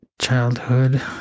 childhood